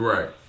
Right